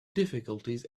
difficulties